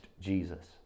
Jesus